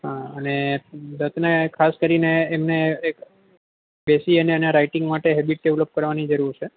હા અને દત્તને ખાસ કરીને એમને એક બેસી અને એના રાઈટિંગ માટે હેબીટ ડેવલપ કરવાની જરૂર છે